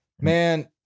man